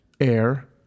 air